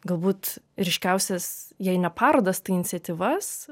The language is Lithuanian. galbūt ryškiausias jei ne parodas tai iniciatyvas